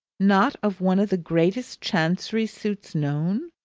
not of one of the greatest chancery suits known?